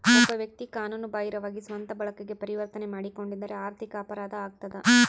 ಒಬ್ಬ ವ್ಯಕ್ತಿ ಕಾನೂನು ಬಾಹಿರವಾಗಿ ಸ್ವಂತ ಬಳಕೆಗೆ ಪರಿವರ್ತನೆ ಮಾಡಿಕೊಂಡಿದ್ದರೆ ಆರ್ಥಿಕ ಅಪರಾಧ ಆಗ್ತದ